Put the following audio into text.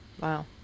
Wow